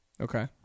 Okay